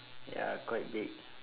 ya quite big